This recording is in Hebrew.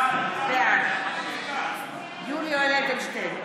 בעד יולי יואל אדלשטיין,